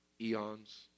eons